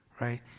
right